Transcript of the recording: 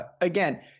Again